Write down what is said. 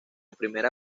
primera